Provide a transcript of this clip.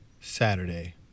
Saturday